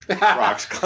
rocks